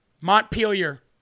Montpelier